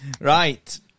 Right